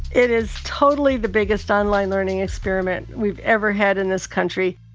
it is totally the biggest online learning experiment we've ever had in this country.